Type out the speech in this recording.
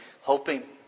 hoping